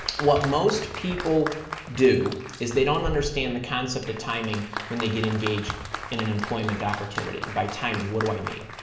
what most people do is they don't understand the concept of timing when they get engaged in an employment opportunity, and by timing, what do i mean?